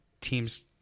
Teams